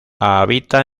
habita